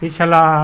पिछला